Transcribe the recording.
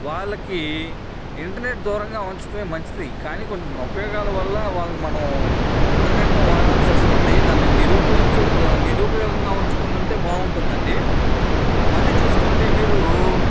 వాళ్ళకి ఇంటర్నెట్ దూరంగా ఉంచడమే మంచిది కానీ కొన్ని ఉపయోగాలు వల్ల వాళ్ళని మనం ఇంటర్నెట్టు వాడవలసి వస్తుంది దాన్ని నిరుపయోగంగా ఉంచకుండా ఉంటే బాగుంటుందండి మళ్ళీ చూసుకుంటే మీరు